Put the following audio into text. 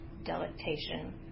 delectation